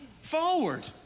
forward